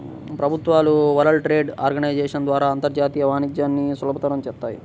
ప్రభుత్వాలు World Trade Organisation ద్వారా అంతర్జాతీయ వాణిజ్యాన్ని సులభతరం చేత్తాయి